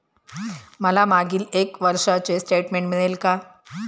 मला मागील एक वर्षाचे स्टेटमेंट मिळेल का?